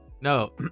no